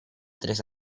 tres